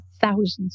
thousands